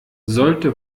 sollte